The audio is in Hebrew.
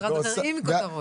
משרד אחר עם כותרות.